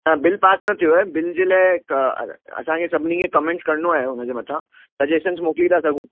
त bill pass न थियो आहे बिल जे लाइ हिकु असां खे सभिनी खे कमैंट्स करिणो आहे हुन जे मथां सजैशंस मोकिले था सघूं